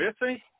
missing